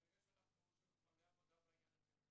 כנראה שיש לנו עוד הרבה עבודה בעניין הזה.